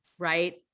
right